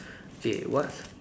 okay what's